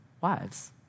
wives